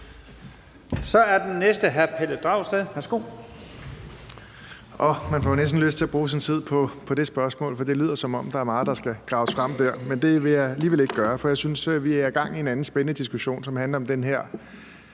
Værsgo. Kl. 00:43 Pelle Dragsted (EL): Man får jo næsten lyst til at bruge sin tid på det spørgsmål, for det lyder, som om der er meget, der skal graves frem der, men det vil jeg alligevel ikke gøre. For jeg synes, vi har gang i en anden spændende diskussion, som handler om den her